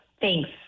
Thanks